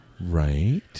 right